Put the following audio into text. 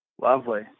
Lovely